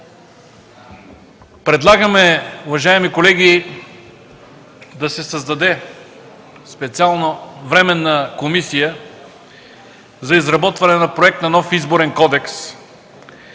Предлагаме, уважаеми колеги, да се създаде специална Временна комисия за изработване на Проект за нов Изборен кодекс